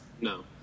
No